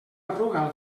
arruga